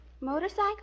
Motorcycle